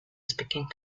speaking